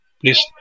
please